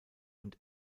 und